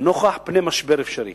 נוכח פני משבר אפשרי.